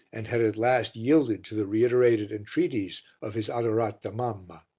and had at last yielded to the reiterated entreaties of his adorata mamma.